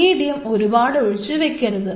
medium ഒരുപാട് ഒഴിച്ച് വെക്കരുത്